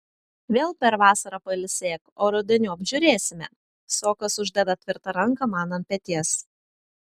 vėl per vasarą pailsėk o rudeniop žiūrėsime sokas uždeda tvirtą ranką man ant peties